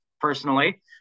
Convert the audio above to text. personally